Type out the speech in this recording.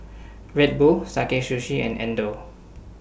Red Bull Sakae Sushi and Xndo